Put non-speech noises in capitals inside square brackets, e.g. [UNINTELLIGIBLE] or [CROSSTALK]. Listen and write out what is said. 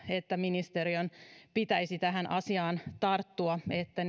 että ministeriön pitäisi tähän asiaan tarttua että [UNINTELLIGIBLE]